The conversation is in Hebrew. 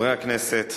חברי הכנסת,